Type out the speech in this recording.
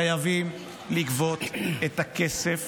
חייבים לגבות את הכסף